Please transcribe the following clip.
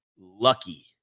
lucky